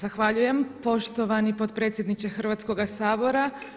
Zahvaljujem poštovani podpredsjedniče Hrvatskoga sabora.